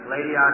Lady